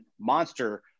monster